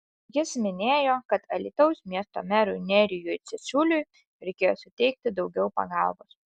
jis minėjo kad alytaus miesto merui nerijui cesiuliui reikėjo suteikti daugiau pagalbos